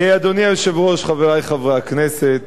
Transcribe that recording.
אדוני היושב-ראש, חברי חברי הכנסת,